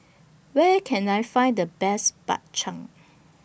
Where Can I Find The Best Bak Chang